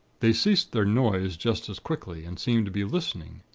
they ceased their noise just as quickly, and seemed to be listening.